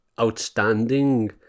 outstanding